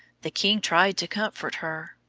the king tried to comfort her.